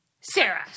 Sarah